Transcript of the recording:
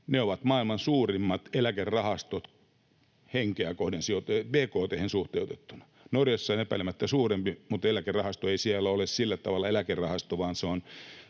Ne ovat maailman suurimmat eläkerahastot henkeä kohden bkt:hen suhteutettuina. Norjassa on epäilemättä suuremmat, mutta eläkerahasto ei siellä ole sillä tavalla eläkerahasto, vaan se on